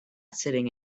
sitting